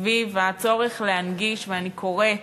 סביב הצורך להנגיש, ואני קוראת